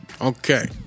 Okay